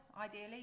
ideally